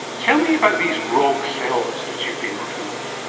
tell me about these rogue cells that you've been working with.